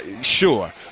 sure